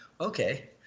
okay